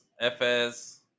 FS